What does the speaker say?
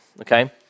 okay